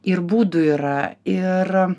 ir būdų yra ir